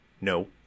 no